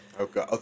Okay